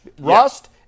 rust